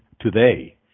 today